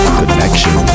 connection